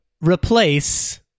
replace